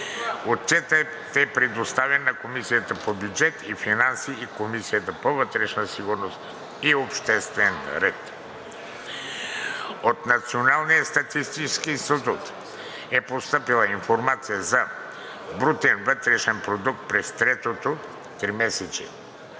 Отчетът е предоставен на Комисията по бюджет и финанси и Комисията по вътрешна сигурност и обществен ред. От Националния статистически институт е постъпила информация за: – брутен вътрешен продукт през третото тримесечие